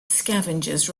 scavengers